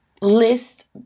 list